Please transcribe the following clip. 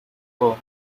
combs